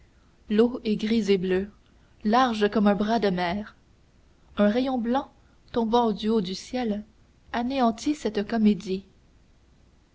l'eau est grise et bleue large comme un bras de mer un rayon blanc tombant du haut du ciel anéantit cette comédie